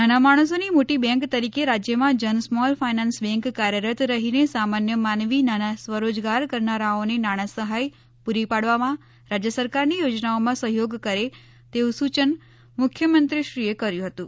નાના માણસોની મોટી બેંક તરીકે રાજ્યમાં જન સ્મોલ ફાઇનાન્સ બેંક કાર્યરત રહીને સામાન્ય માનવી નાના સ્વરોજગાર કરનારાઓને નાણાં સહાય પૂરી પાડવામાં રાજ્ય સરકારની યોજનાઓમાં સહયોગ કરે તેવું સૂચન મુખ્યમંત્રીશ્રીએ કર્યું હતું